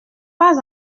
pas